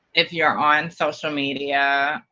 if you're on social media,